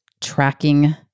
tracking